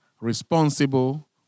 responsible